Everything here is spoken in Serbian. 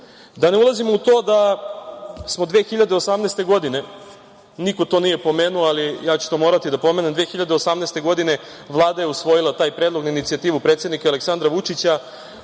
Da ne ulazimo u to da smo 2018. godine, niko to nije pomenuo, ali ja ću to morati da pomenem, 2018. godine Vlada je usvojila taj predlog na inicijativu predsednika Aleksandra Vučića